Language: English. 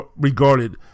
regarded